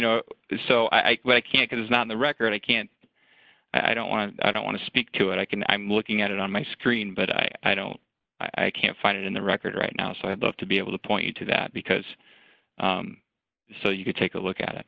know so i can't it is not in the record i can't i don't want to i don't want to speak to it i can i'm looking at it on my screen but i i don't i can't find it in the record right now so i'd love to be able to point you to that because so you can take a look at it